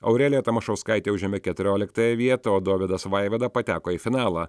aurelija tamašauskaitė užėmė keturioliktąją vietą o dovydas vaivada pateko į finalą